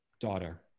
daughter